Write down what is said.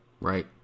Right